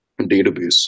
database